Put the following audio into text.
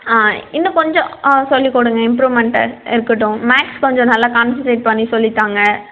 ஆ இன்னும் கொஞ்சம் ஆ சொல்லிக் கொடுங்க இம்ப்ரூவ்மண்ட்டு இருக்கட்டும் மேக்ஸ் கொஞ்சம் நல்லா கான்செண்ட்ரேட் பண்ணி சொல்லி தாங்க